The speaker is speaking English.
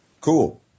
Cool